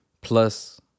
Plus